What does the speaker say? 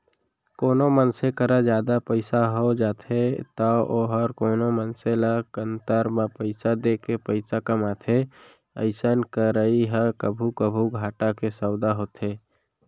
कोनो मनसे करा जादा पइसा हो जाथे तौ वोहर कोनो मनसे ल कन्तर म पइसा देके पइसा कमाथे अइसन करई ह कभू कभू घाटा के सौंदा होथे